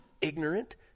ignorant